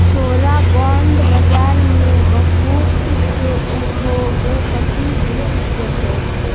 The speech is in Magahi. तोरा बॉन्ड बाजार में बहुत से उद्योगपति दिख जतो